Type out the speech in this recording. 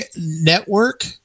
network